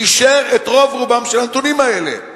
אישר את רוב רובם של הנתונים האלה,